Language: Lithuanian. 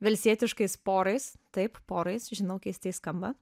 velstietiškais porais taip porais žinau keistai skamba